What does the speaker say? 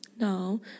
Now